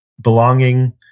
belonging